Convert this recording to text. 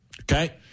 Okay